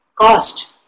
cost